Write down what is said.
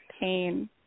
pain